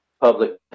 public